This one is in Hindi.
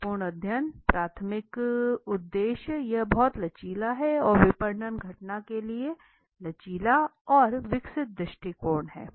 खोजपूर्ण अध्ययन प्राथमिक उद्देश्य यह बहुत लचीला है और विपणन घटना के लिए लचीला और विकसित दृष्टिकोण है